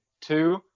Two